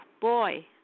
boy